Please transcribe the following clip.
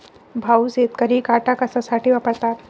भाऊ, शेतकरी काटा कशासाठी वापरतात?